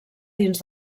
dins